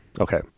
Okay